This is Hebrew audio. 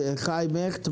חיים הכט,